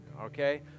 okay